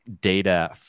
data